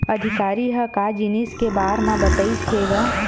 अधिकारी ह का जिनिस के बार म बतईस हे गा?